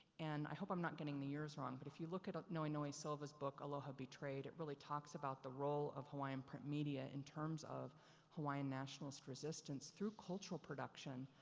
and, i hope i'm not getting the years wrong, but if you look at noenoe silva's book aloha betrayed, it really talks about the role of hawaiian print media in terms of hawaiian nationalist resistance through cultural production.